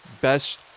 best